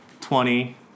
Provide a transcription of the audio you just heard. Twenty